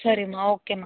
சரிம்மா ஓகேம்மா